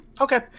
Okay